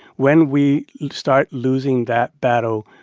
when we start losing that battle,